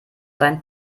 seinen